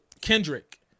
Kendrick